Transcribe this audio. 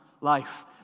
life